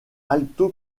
alto